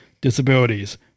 disabilities